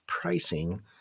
pricing